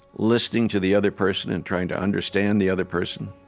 listening to the other person and trying to understand the other person,